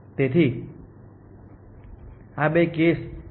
તેથી આ બે કેસ છે